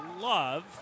love